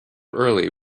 early